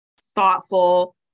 thoughtful